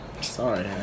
sorry